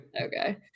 Okay